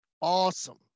awesome